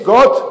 God